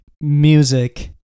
music